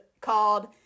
called